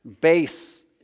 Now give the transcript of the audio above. Base